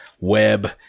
web